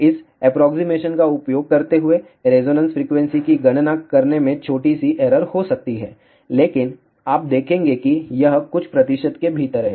इस एप्रोक्सीमेशन का उपयोग करते हुए रेजोनेंस फ्रीक्वेंसी की गणना करने में छोटी सी एरर हो सकती है लेकिन आप देखेंगे कि यह कुछ प्रतिशत के भीतर है